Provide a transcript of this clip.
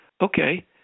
Okay